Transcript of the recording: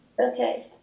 Okay